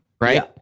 right